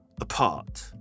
apart